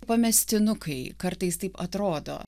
pamestinukai kartais taip atrodo